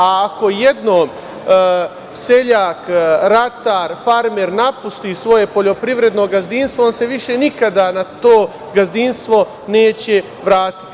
Ako jednom seljak, ratar, farmer napusti svoje poljoprivredno gazdinstvo on se više nikada na to gazdinstvo neće vratiti.